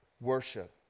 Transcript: worship